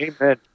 Amen